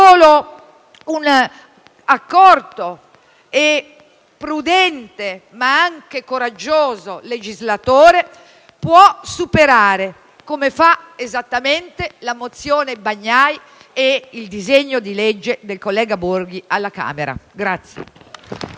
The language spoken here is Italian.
un accorto e prudente, ma anche coraggioso, legislatore può superare, come fanno esattamente la mozione Bagnai e il disegno di legge del collega Borghi alla Camera.